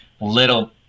little